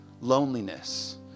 Loneliness